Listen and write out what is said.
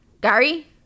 Gary